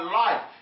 life